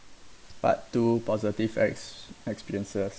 part two positive ex~ experiences